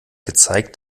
gezeigt